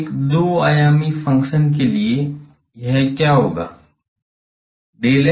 तो एक दो आयामी फ़ंक्शन के लिए यह क्या होगा del x